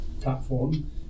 platform